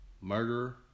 Murderer